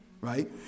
right